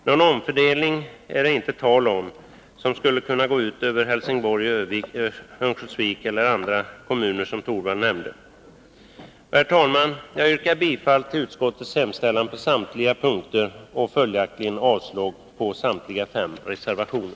Det är inte tal om någon omfördelning som skulle kunna gå ut över Helsingborg, Örnsköldsvik eller andra kommuner som Rune Torwald nämnde. Herr talman! Jag yrkar bifall till utskottets hemställan på samtliga punkter och följaktligen avslag på samtliga fem reservationer.